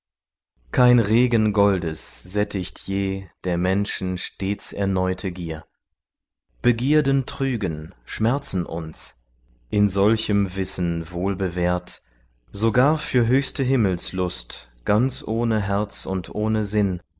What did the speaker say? kein regen goldes sättigt je der menschen stets erneute gier begierden trügen schmerzen uns in solchem wissen wohlbewährt sogar für höchste himmelslust ganz ohne herz und ohne sinn